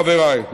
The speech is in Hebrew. חבריי,